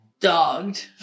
Dogged